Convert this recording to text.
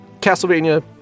castlevania